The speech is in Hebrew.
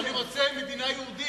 אני רוצה מדינה יהודית.